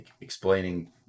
explaining